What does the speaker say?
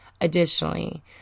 Additionally